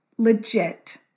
legit